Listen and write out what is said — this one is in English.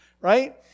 right